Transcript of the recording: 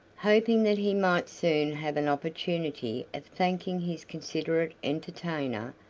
hoping that he might soon have an opportunity of thanking his considerate entertainer,